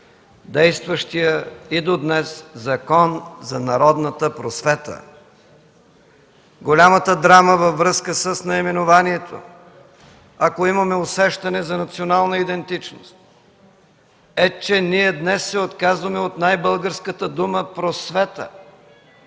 действащия и до днес Закон за народната просвета. Голямата драма във връзка с наименованието, ако имаме усещане за национална идентичност, е, че ние днес се отказваме от най-българската дума „просвета”.